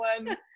one